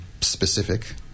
specific